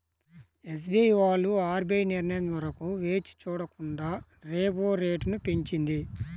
SBI వాళ్ళు RBI నిర్ణయం వరకు వేచి చూడకుండా రెపో రేటును పెంచింది